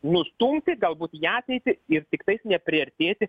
nustumti galbūt į ateitį ir tiktais nepriartėti